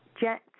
Jets